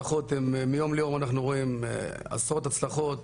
מיום ליום אנחנו רואים עשרות הצלחות.